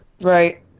Right